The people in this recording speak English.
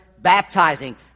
baptizing